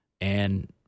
And-